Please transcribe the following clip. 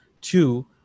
Two